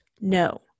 No